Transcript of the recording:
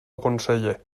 conseller